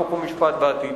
חוק ומשפט בעתיד.